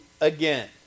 again